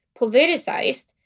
politicized